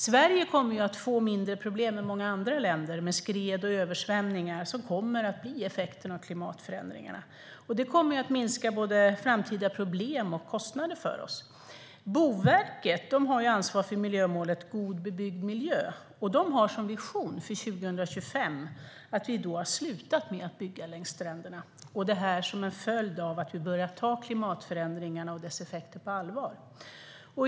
Sverige kommer att få mindre problem än många andra länder med skred och översvämningar som kommer att bli effekten av klimatförändringarna. Det kommer att minska både framtida problem och kostnader för oss. Boverket har ansvar för miljömålet God bebyggd miljö, och de har en vision för 2025 att vi då har slutat med att bygga längs stränderna som en följd av att vi börjat ta klimatförändringarna och deras effekter på allvar.